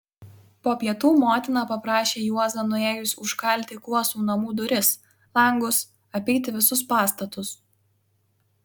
po pietų motina paprašė juozą nuėjus užkalti kuosų namų duris langus apeiti visus pastatus